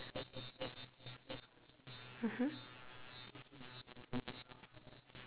(uh huh)